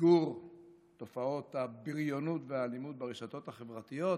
מיגור תופעות הבריונות והאלימות ברשתות החברתיות.